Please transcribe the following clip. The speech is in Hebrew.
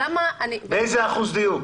באיזה אחוז דיוק?